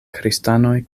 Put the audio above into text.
kristanoj